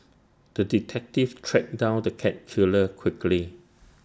the detective tracked down the cat killer quickly